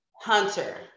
Hunter